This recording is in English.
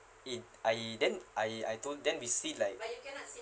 it I then I I told then we see like